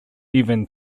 even